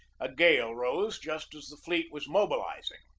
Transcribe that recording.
a gale rose just as the fleet was mobilizing.